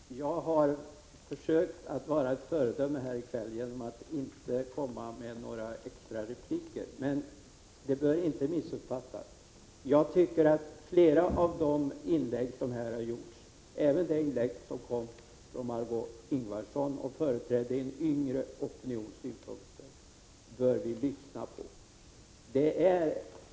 Herr talman! Jag har försökt att vara ett föredöme i kväll genom att inte begära några extra repliker, men det bör inte missuppfattas. Jag tycker att flera av de inlägg som här har gjorts är bra. Även Margö Ingvardssons inlägg, som företräder en yngre opinions synpunkter, innehöll sådant som vi bör lyssna till.